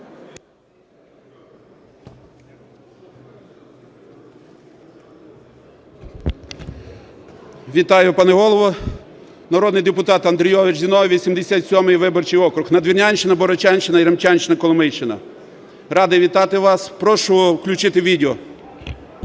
Вітаю, пане Голово! Народний депутат Андрійович Зіновій, 87 виборчий округ, Надвірнянщина, Богородчанщина, Яремчанщина, Коломийщина. Радий вітати вас! Прошу включити відео.